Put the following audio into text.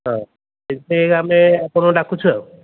ହଁ ସେଇଥିପାଇଁ ଆମେ ଆପଣଙ୍କୁ ଡାକୁଛୁ ଆଉ